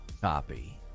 copy